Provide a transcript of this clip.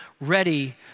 ready